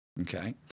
okay